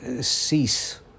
cease